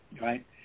right